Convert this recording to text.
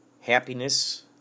happiness